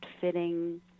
fitting